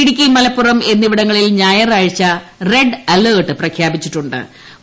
ഇടുക്കി മലപ്പുറം എന്നിവിടങ്ങളിൽ ഞായറാഴ്ച്ച red alert പ്രഖ്യാപിച്ചിട്ടു ്